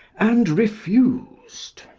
and refused.